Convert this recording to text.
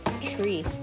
tree